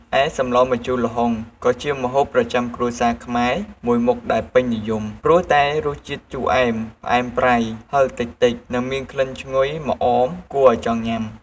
ឯសម្លម្ជូរល្ហុង ក៏ជាម្ហូបប្រចាំគ្រួសារខ្មែរមួយមុខដែលពេញនិយម ព្រោះតែរសជាតិជូរអែម ផ្អែមប្រៃ ហិរតិចៗ និងមានក្លិនឈ្ងុយម្អមគួរឲ្យចង់ញ៉ាំ។